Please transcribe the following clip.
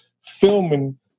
filming